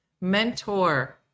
mentor